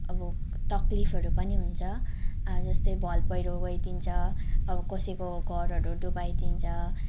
अब तक्लिफहरू पनि हुन्छ जस्तै भलपैह्रो गइदिन्छ अब कसैको घरहरू डुबाइदिन्छ